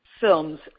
films